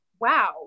wow